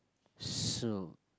so